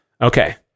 Okay